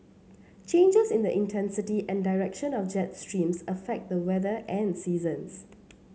changes in the intensity and direction of jet streams affect the weather and seasons